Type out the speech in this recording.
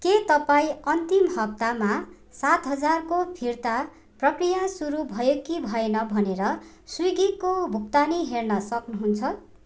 के तपाईँ अन्तिम हप्तामा सात हजारको फिर्ता प्रक्रिया सुरु भयो कि भएन भनेर स्विगीको भुक्तानी हेर्न सक्नुहुन्छ